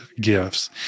gifts